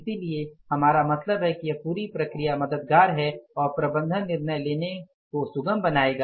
इसलिए हमारा मतलब है कि यह पूरी प्रक्रिया मददगार है और प्रबंधन निर्णय लेने को सुगम बनाएगा